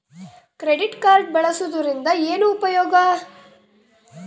Credit card ಬಳಸುವದರಿಂದ ಏನು ಉಪಯೋಗ?